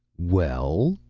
well?